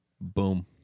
Boom